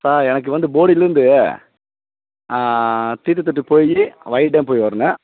sir எனக்கு வந்து போடியிலேருந்து தீர்த்தட்டு போய் வைகை டேம் போய் வரணும்